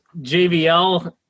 JVL